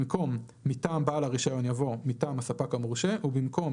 במקום "מטעם בעל הרישיון" יבוא "מטעם הספק המורשה" ובמקום